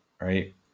Right